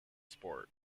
sport